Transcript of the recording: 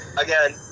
again